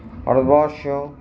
Bharatvarsha